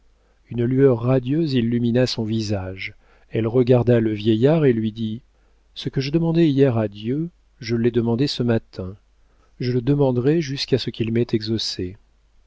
une lueur radieuse illumina son visage elle regarda le vieillard et lui dit ce que je demandais hier à dieu je l'ai demandé ce matin je le demanderai jusqu'à ce qu'il m'ait exaucée